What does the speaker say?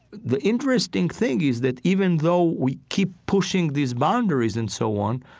the interesting thing is that even though we keep pushing these boundaries and so on,